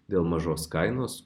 dėl mažos kainos